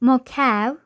Macau